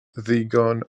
ddigon